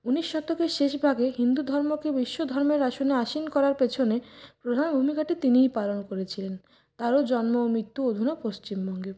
উনিশ শতকের শেষ ভাগে হিন্দু ধর্মকে বিশ্ব ধর্মের আসনে আসীন করার পিছনে প্রধান ভূমিকাটি তিনিই পালন করেছিলেন তাঁরও জন্ম ও মৃত্যু অধুনা পশ্চিমবঙ্গে